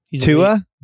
Tua